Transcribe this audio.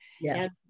yes